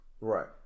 Right